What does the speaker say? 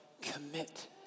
commit